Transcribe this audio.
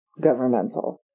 governmental